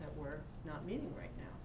that we're not needing right now